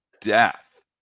death